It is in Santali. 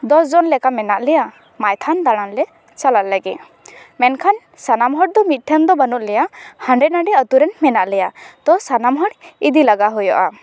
ᱫᱚᱥ ᱡᱚᱱ ᱞᱮᱠᱟ ᱢᱮᱱᱟᱜ ᱞᱮᱭᱟ ᱢᱟᱭᱛᱷᱚᱱ ᱫᱟᱬᱟᱱ ᱞᱮ ᱪᱟᱞᱟᱜ ᱞᱟ ᱜᱤᱫ ᱢᱮᱱᱠᱷᱟᱱ ᱥᱟᱱᱟᱢ ᱦᱚᱲ ᱫᱚ ᱢᱤᱫᱴᱷᱮᱱ ᱫᱚ ᱵᱟᱹᱱᱩᱜ ᱞᱮᱭᱟ ᱦᱟᱸᱰᱮ ᱱᱟᱸᱰᱮ ᱟᱛᱳᱨᱮᱱ ᱢᱮᱟᱜ ᱞᱮᱭᱟ ᱛᱚ ᱥᱟᱱᱟᱢ ᱦᱚᱲ ᱤᱫᱤ ᱞᱟᱜᱟ ᱦᱩᱭᱩᱜᱼᱟ